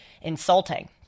insulting